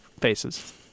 faces